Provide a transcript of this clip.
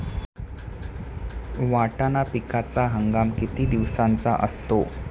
वाटाणा पिकाचा हंगाम किती दिवसांचा असतो?